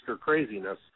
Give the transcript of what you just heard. craziness